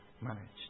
managed